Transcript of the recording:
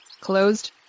closed